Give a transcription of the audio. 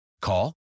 Call